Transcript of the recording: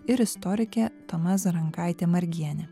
ir istorikė toma zarankaitė margienė